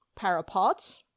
Parapods